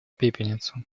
пепельницу